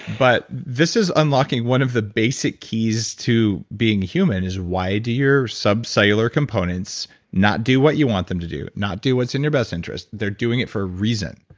but this is unlocking one of the basic keys to being human, is why do your subcellular components not do what you want them to do not do what's in your best interest? they're doing it for a reason